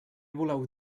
voleu